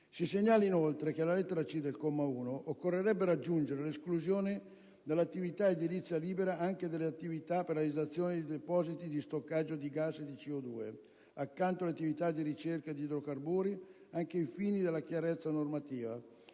Si segnala inoltre che alla lettera *c)* del comma 1 occorrerebbe aggiungere l'esclusione dall'attività edilizia libera anche delle attività per la realizzazione dei depositi di stoccaggio di gas e di CO2, accanto alle attività di ricerca di idrocarburi, anche ai fini della chiarezza normativa,